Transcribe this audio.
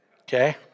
Okay